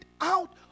out